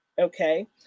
okay